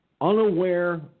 unaware